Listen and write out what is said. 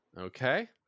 Okay